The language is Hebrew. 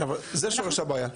כן, אבל זה שורש הבעיה.